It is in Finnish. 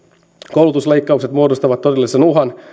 koulutusleikkaukset muodostavat todellisen uhan